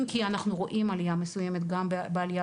אם כי אנחנו רואים עלייה מסוימת גם בעלייה